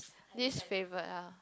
least favourite ah